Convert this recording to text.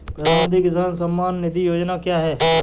प्रधानमंत्री किसान सम्मान निधि योजना क्या है?